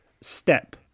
step